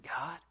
God